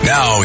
Now